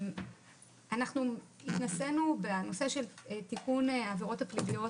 אנחנו התנסינו בנושא התיקון של העבירות הפליליות